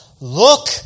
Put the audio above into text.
Look